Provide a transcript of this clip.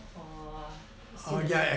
or still the same